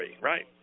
right